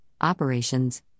operations